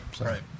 Right